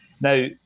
Now